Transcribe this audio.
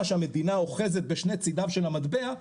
שהמדינה אוחזת בשני צדיו של המטבע,